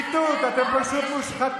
כי הכול שחיתות, אתם פשוט מושחתים.